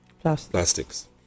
plastics